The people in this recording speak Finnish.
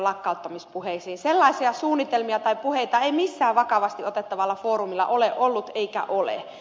sellaisia suunnitelmia tai puheita ei millään vakavasti otettavalla foorumilla ole ollut eikä ole